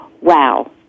wow